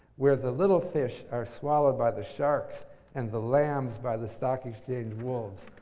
where the little fish are swallowed by the sharks and the lambs by the stock exchange wolves.